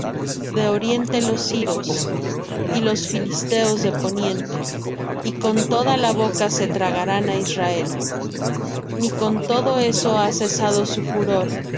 de oriente los siros y los filisteos de poniente y con toda la boca se tragarán á israel ni con todo eso ha cesado su furor